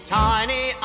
tiny